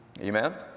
amen